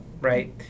right